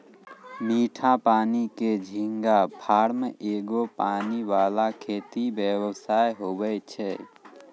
मीठा पानी के झींगा फार्म एगो पानी वाला खेती व्यवसाय हुवै छै